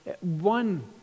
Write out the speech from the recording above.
one